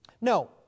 No